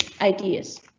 ideas